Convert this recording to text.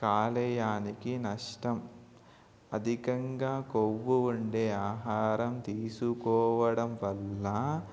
కాలేయానికి నష్టం అధికంగా కొవ్వు ఉండే ఆహారం తీసుకోవడం వల్ల